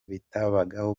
bitabagaho